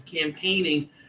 campaigning